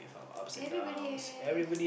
everybody have